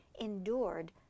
endured